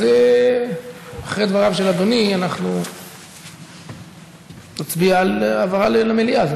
אז אחרי דבריו של אדוני אנחנו נצביע על העברה למליאה.